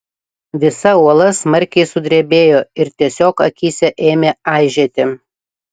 visa uola smarkiai sudrebėjo ir tiesiog akyse ėmė aižėti